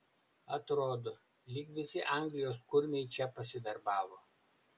atrodo lyg visi anglijos kurmiai čia pasidarbavo